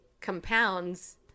compounds